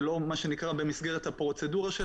זה לא במסגרת הפרוצדורה שלה.